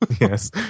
Yes